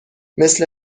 مثل